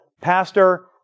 pastor